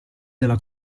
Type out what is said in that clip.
della